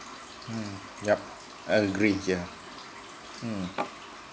mm yup I agree yeah mm